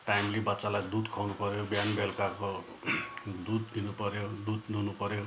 timely बच्चालाई दुध खुवाउनु पऱ्यो बिहान बेलुकाको दुध दिनु पऱ्यो दुध दुहुनुपऱ्यो